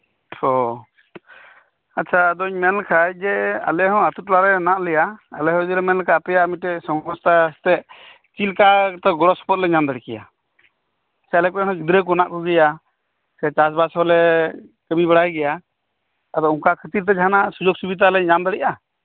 ᱳ ᱟᱪᱷᱟ ᱟᱫᱚᱹᱧ ᱢᱮᱱᱞᱮᱠᱷᱟᱡ ᱡᱮ ᱟᱞᱮ ᱦᱚᱸ ᱟᱛᱳᱴᱚᱞᱟᱨᱮ ᱢᱮᱱᱟᱜᱞᱮᱭᱟ ᱟᱞᱮᱦᱚᱸ ᱡᱩᱫᱤᱞᱮ ᱢᱮᱱᱞᱮᱠᱷᱟᱡ ᱟᱯᱮᱭᱟᱜ ᱢᱤᱫᱴᱮᱡ ᱥᱚᱝᱥᱛᱷᱟ ᱥᱮᱛᱮᱜ ᱪᱮᱫᱞᱮᱠᱟ ᱠᱟᱛᱮ ᱜᱚᱲᱚ ᱥᱚᱯᱚᱦᱚᱫᱞᱮ ᱧᱟᱢᱫᱟᱲᱮᱠᱮᱭᱟ ᱥᱮ ᱟᱞᱮ ᱠᱚᱨᱮᱱ ᱦᱚ ᱜᱤᱫᱽᱨᱟᱹ ᱠᱚ ᱦᱮᱱᱟᱜᱠᱚ ᱜᱮᱭᱟ ᱥᱮ ᱪᱟᱥᱵᱟᱥ ᱦᱚᱞᱮ ᱠᱟᱹᱢᱤ ᱵᱟᱲᱟᱭᱜᱮᱭᱟ ᱟᱫᱚ ᱚᱱᱠᱟ ᱠᱷᱟᱹᱛᱤᱨ ᱛᱮ ᱡᱟᱦᱟᱱᱟᱜ ᱥᱩᱡᱚᱜ ᱥᱩᱵᱤᱫᱷᱟᱞᱮ ᱧᱟᱢ ᱫᱟᱲᱮᱭᱟᱜᱼᱟ